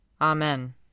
Amen